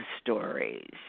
stories